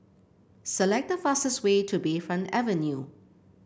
select the fastest way to Bayfront Avenue